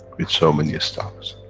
with so many stars.